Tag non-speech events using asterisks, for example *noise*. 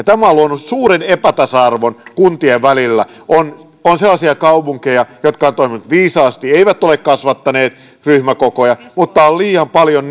*unintelligible* tämä on luonut suuren epätasa arvon kuntien välillä on on sellaisia kaupunkeja jotka ovat toimineet viisaasti eivät ole kasvattaneet ryhmäkokoja mutta on liian paljon *unintelligible*